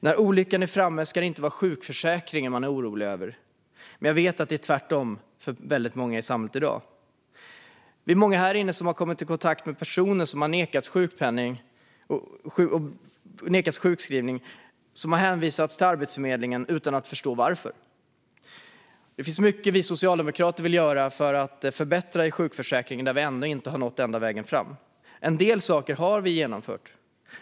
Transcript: När olyckan är framme ska det inte vara sjukförsäkringen man är orolig över. Men jag vet att det för många i samhället i dag är tvärtom. Vi är många i den här kammaren som har kommit i kontakt med personer som har nekats sjukskrivning och hänvisats till Arbetsförmedlingen utan att förstå varför. Det finns mycket vi socialdemokrater vill göra för att förbättra sjukförsäkringen där vi ännu inte har nått hela vägen fram. En del saker har vi genomfört.